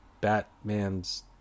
Batman's